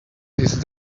his